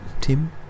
tim